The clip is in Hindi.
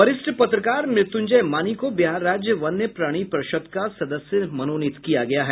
वरिष्ठ पत्रकार मृत्युंजय मानी को बिहार राज्य वन्यप्राणी पर्षद का सदस्य मनोनीत किया गया है